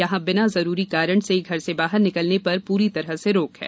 यहां बिना जरूरी कारण से घर से बाहर निकलने पर पूरी तरह से रोक है